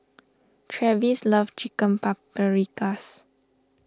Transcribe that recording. Travis loves Chicken Paprikas